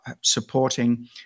supporting